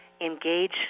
engage